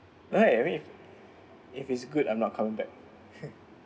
right I mean if it's good I'm not coming back